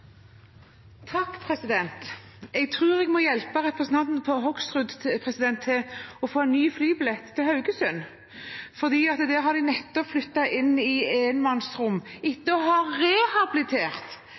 Jeg tror jeg må hjelpe representanten Bård Hoksrud med å få en ny flybillett til Haugesund, for der har de nettopp flyttet pasienter inn på enmannsrom